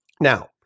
Now